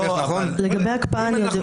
לגבי הקפאה, אני אבדוק.